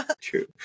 True